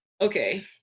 okay